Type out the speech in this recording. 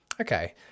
Okay